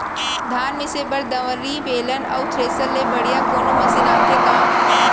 धान मिसे बर दंवरि, बेलन अऊ थ्रेसर ले बढ़िया कोनो मशीन आथे का?